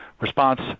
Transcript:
response